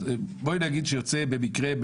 בואי נגיד שיוצא במקרה,